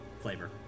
flavor